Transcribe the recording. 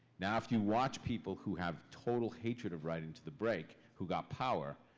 now, if you watch people who have total hatred of writing to the break, who've got power,